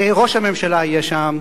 ראש הממשלה יהיה שם,